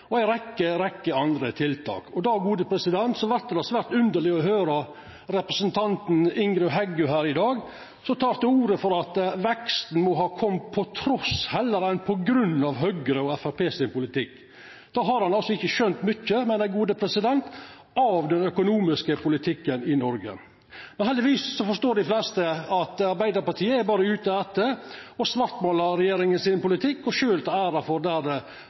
og ei rekkje andre tiltak. Då vert det svært underleg å høyra representanten Ingrid Heggø her i dag, som tek til orde for at veksten må ha kome trass i heller enn på grunn av Høgre og Framstegspartiet sin politikk. Då har ho ikkje skjønt mykje av den økonomiske politikken i Noreg. Men heldigvis forstår dei fleste at Arbeidarpartiet berre er ute etter å svartmåla regjeringa sin politikk og sjølv ta æra for det dersom det